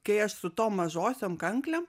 kai aš su tom mažosiom kanklėm